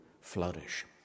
flourish